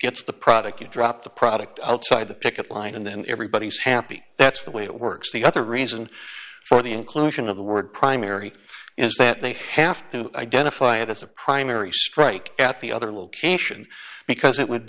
gets the product you drop the product outside the picket line and then everybody's happy that's the way it works the other reason for the inclusion of the word primary is that they have to identify it as a primary strike at the other location because it would